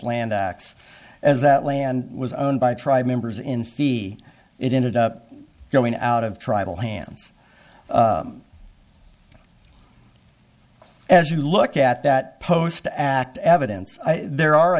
land acts as that land was owned by tribe members in fee it ended up going out of tribal hands as you look at that post to act evidence there are a